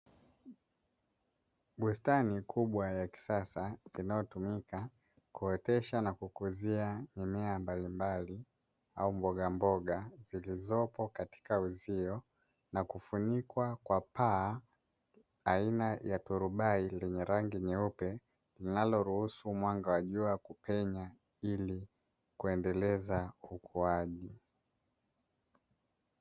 Bustani kubwa ya kisasa inayotumika kuotesha na kukuzia mimea mbalimbali au mbogamboga zilizopo katika uzio na kufunikwa kwa paa aina ya turubai lenye rangi nyeupe, linaloruhusu mwanga wa jua kupenya ili kuendeleza ukuaji.